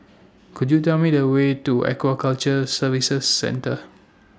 Could YOU Tell Me The Way to Aquaculture Services Centre